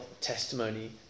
testimony